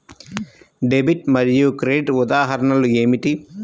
Debit మరియు credit ఉదాహరణలు ఏమిటీ?